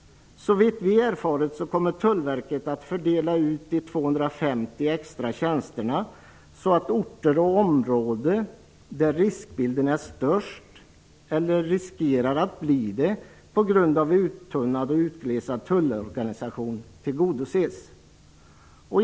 Såvitt vi erfarit kommer Tullverket att fördela de 250 extra tjänsterna, så att orter och områden där riskbilden är störst eller riskerar att bli det på grund av uttunnad och utglesad tullorganisation tillgodoses.